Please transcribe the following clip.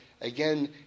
again